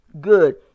Good